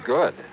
Good